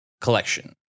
collection